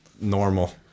Normal